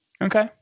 Okay